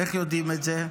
איך יודעים את זה?